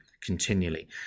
continually